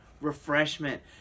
refreshment